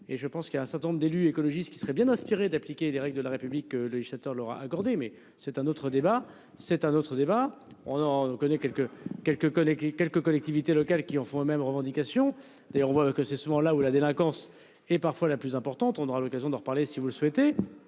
et je pense qu'il y a un certain nombre d'élus écologistes qui serait bien inspiré d'appliquer les règles de la République le législateur leur a accordé, mais c'est un autre débat, c'est un autre débat, on en connaît quelques quelques collègues quelques collectivités locales qui en font eux-, mêmes revendications d'ailleurs on voit que c'est souvent là où la délinquance et parfois la plus importante, on aura l'occasion d'en reparler si vous le souhaitez,